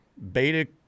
Beta